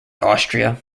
austria